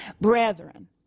Brethren